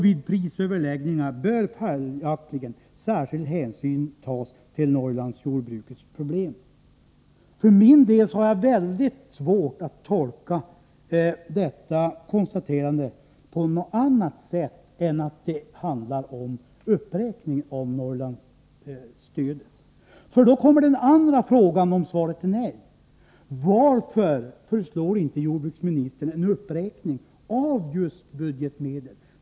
Vid prisöverläggningarna bör följaktligen särskild hänsyn tas till norrlandsjordbrukets problem.” För min del har jag väldigt svårt att tolka detta konstaterande på något annat sätt än att det handlar om uppräkning av Norrlandsstödet. Om svaret är nej inställer sig frågan: Varför föreslår inte jordbruksministern en uppräkning av just budgetmedlen?